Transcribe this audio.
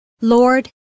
Lord